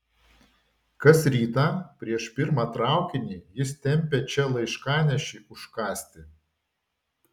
kas rytą prieš pirmą traukinį jis tempia čia laiškanešį užkąsti